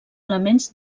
elements